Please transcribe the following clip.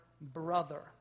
brother